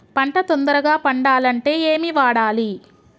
పంట తొందరగా పెరగాలంటే ఏమి వాడాలి?